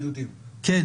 אני